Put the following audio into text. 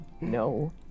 No